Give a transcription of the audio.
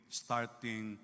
starting